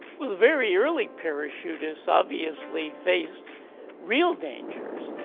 well, very early parachutists obviously faced real dangers.